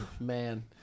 man